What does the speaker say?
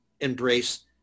embrace